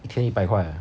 一天一百块